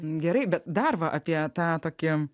gerai bet dar va apie tą tokį